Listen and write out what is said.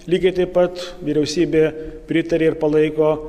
lygiai taip pat vyriausybė pritarė ir palaiko